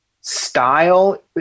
style